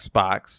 Xbox